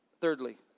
Thirdly